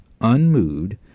unmoved